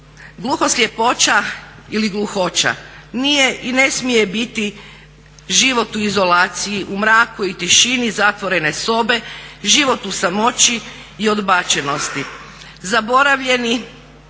Gluhoslijepoća ili gluhoća nije i ne smije biti život u izolaciji, u mraku i tišinu zatvorene sobe, život u samoći i odbačenosti, zaboravljeni